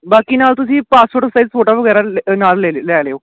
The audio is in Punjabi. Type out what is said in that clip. ਬਾਕੀ ਨਾਲ ਤੁਸੀਂ ਪਾਸਵਰਡ ਸਾਈਜ਼ ਫੋਟੋਆਂ ਵਗੈਰਾ ਲੇ ਨਾਲ ਲੇ ਲੈ ਲਿਓ